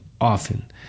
often